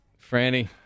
Franny